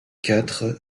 quatre